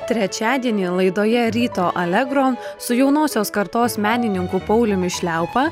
trečiadienį laidoje ryto allegro su jaunosios kartos menininku pauliumi šliaupa